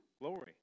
glory